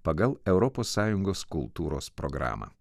pagal europos sąjungos kultūros programą